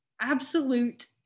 absolute